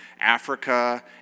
Africa